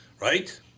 right